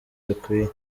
bikwiye